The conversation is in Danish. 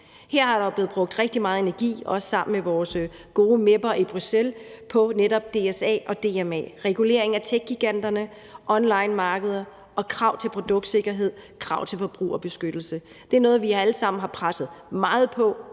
Her er der blevet brugt rigtig meget energi, også sammen med vores gode mep'er i Bruxelles, på netop DSA og DMA. Regulering af techgiganterne, onlinemarkeder og krav til produktsikkerhed, krav til forbrugerbeskyttelse er noget, vi alle sammen har presset meget på